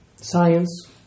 science